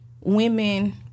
women